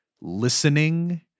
listening